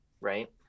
right